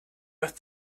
with